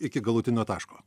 iki galutinio taško